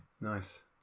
nice